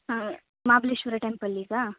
ಹಾಂ ಮಾಬಲೇಶ್ವರ ಟೆಂಪಲ್ಲಿಗಾ